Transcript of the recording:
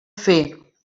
fer